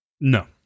No